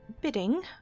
bidding